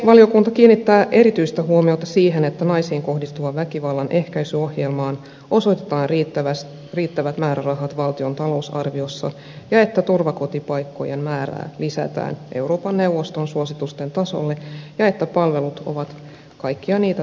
valiokunta kiinnittää erityistä huomiota siihen että naisiin kohdistuvan väkivallan ehkäisyohjelmaan osoitetaan riittävät määrärahat valtion talousarviossa ja että turvakotipaikkojen määrää lisätään euroopan neuvoston suositusten tasolle ja että palvelut ovat kaikkia niitä tarvitsevien saatavilla